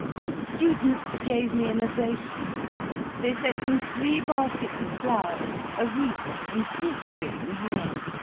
the students gave me an ovation they sent me three baskets of flowers, a wreath, and this thing here.